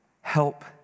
Help